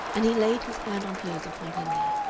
and he laid his hand on hers upon her knee.